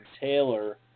Taylor